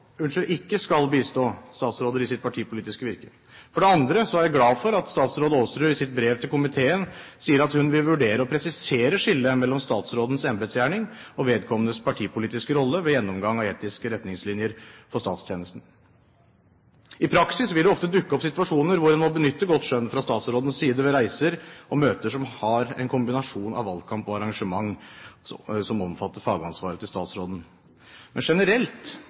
bistå statsråder i sitt partipolitiske virke. For det andre er jeg glad for at statsråd Aasrud i sitt brev til komiteen sier at hun vil vurdere å presisere skillet mellom statsrådens embetsgjerning og vedkommendes partipolitiske rolle ved gjennomgang av Etiske retningslinjer for statstjenesten. I praksis vil det ofte dukke opp situasjoner hvor en fra statsrådens side må benytte godt skjønn ved reiser og møter som er en kombinasjon av valgkamp og arrangement som omfatter fagansvaret til statsråden. Men generelt